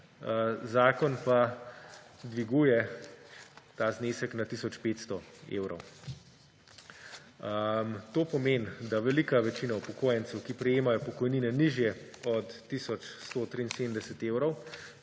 zakon pa dviguje ta znesek na tisoč 500 evrov. To pomeni, da velika večina upokojencev, ki prejemajo pokojnine, nižje od tisoč 173 evrov,